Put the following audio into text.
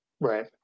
Right